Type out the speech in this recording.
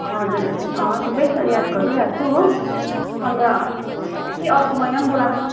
हजुर हजुर ठिकै छ याद गरिरहेको छु हो अन्त फेरि अर्को महिना पनि बोलाको